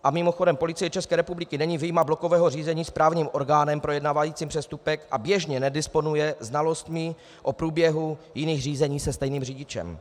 A mimochodem, Policie České republiky není vyjma blokového řízení správním orgánem projednávajícím přestupek a běžně nedisponuje znalostmi o průběhu jiných řízení se stejným řidičem.